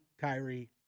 Kyrie